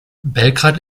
belgrad